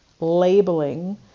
labeling